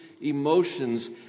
emotions